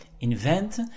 invent